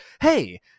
Hey